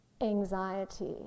anxiety